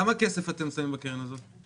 כמה כסף אתם שמים בקרן הזאת?